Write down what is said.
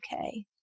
okay